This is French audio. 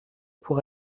pour